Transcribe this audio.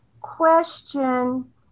question